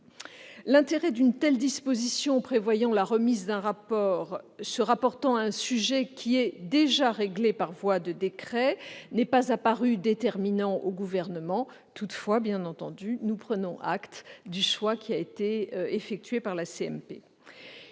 L'intérêt d'une disposition prévoyant la remise d'un rapport se rapportant à un sujet qui est déjà réglé par voie de décret n'est pas apparu déterminant au Gouvernement. Toutefois, bien entendu, nous prenons acte du choix qui a été effectué par la CMP.